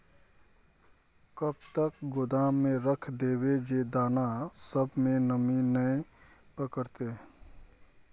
कब तक गोदाम में रख देबे जे दाना सब में नमी नय पकड़ते?